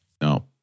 No